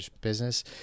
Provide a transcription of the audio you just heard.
business